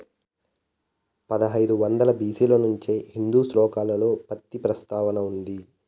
పదహైదు వందల బి.సి ల నుంచే హిందూ శ్లోకాలలో పత్తి ప్రస్తావన ఉంది